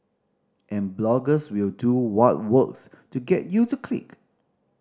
and bloggers will do what works to get you to click